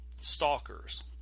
stalkers